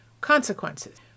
consequences